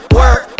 work